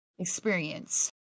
experience